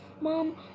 Mom